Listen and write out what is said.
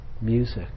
music